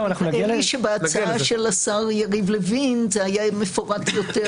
נדמה לי שבהצעה של השר יריב לוין זה היה מפורט יותר,